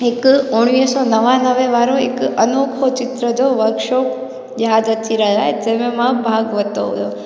हिकु उणिवीह सौ नवानवे वारो हिकु अनोखो चित्र जो वर्कशॉप यादि अची रहियो आहे जंहिंमें मां भाग वरितो हुओ